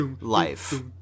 life